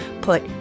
put